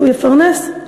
הוא יפרנס,